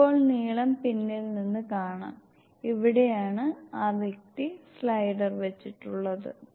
ഇപ്പോൾ നീളം പിന്നിൽ നിന്ന് കാണാം ഇവിടെയാണ് ആ വ്യക്തി സ്ലൈഡർ വെച്ചിട്ടുള്ളത്